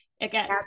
Again